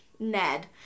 Ned